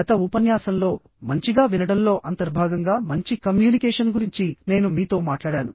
గత ఉపన్యాసంలో మంచిగా వినడంలో అంతర్భాగంగా మంచి కమ్యూనికేషన్ గురించి నేను మీతో మాట్లాడాను